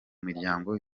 miryango